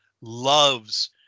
loves